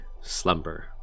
slumber